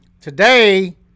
today